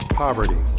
poverty